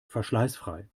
verschleißfrei